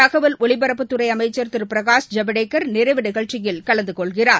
தகவல் ஒலிப்பரப்புத்துறைஅமைச்சர் திருபிரகாஷ் ஜவடேகர் நிறைவு நிகழ்ச்சியில் கலந்துகொள்கிறார்